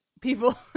People